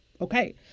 Okay